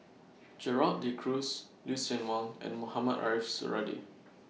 Gerald De Cruz Lucien Wang and Mohamed Ariff Suradi